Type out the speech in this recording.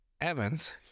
Evans